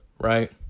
right